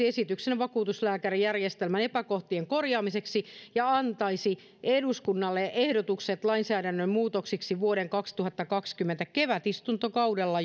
esityksen vakuutuslääkärijärjestelmän epäkohtien korjaamiseksi ja antaisi eduskunnalle ehdotukset lainsäädännön muutoksiksi jo vuoden kaksituhattakaksikymmentä kevätistuntokaudella